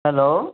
hello